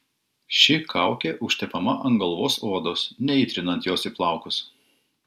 ši kaukė užtepama ant galvos odos neįtrinant jos į plaukus